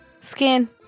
Skin